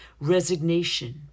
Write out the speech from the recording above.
resignation